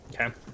okay